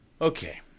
Okay